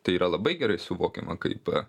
tai yra labai gerai suvokiama kaip